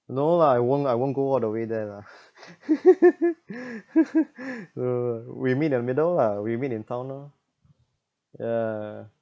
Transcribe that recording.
no lah I won't I won't go all the way there lah no no we meet in the middle lah we meet in town lor yeah